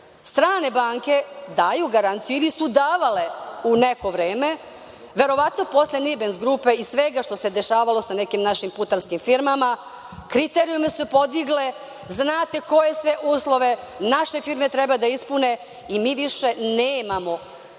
banke daju garanciju ili su davale u neko vreme, verovatno posle Nibens grupe i svega što se dešavalo sa nekim našim putarskim firmama, kriterijume su podigle, znate koje sve uslove naše firme treba da ispune i mi više nemamo